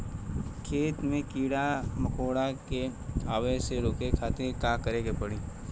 खेत मे कीड़ा मकोरा के आवे से रोके खातिर का करे के पड़ी?